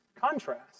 contrast